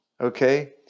okay